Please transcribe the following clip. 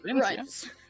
right